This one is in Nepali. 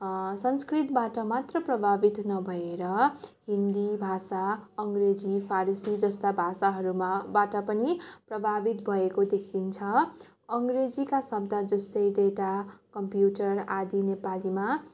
संस्कृतबाट मात्र प्रभावित नभएर हिन्दी भाषा अङ्ग्रेजी फारसी जस्ता भाषाहरूमा बाट पनि प्रभावित भएको देखिन्छ अङ्ग्रेजीका शब्द जस्तै डेटा कम्प्युटर आदि नेपालीमा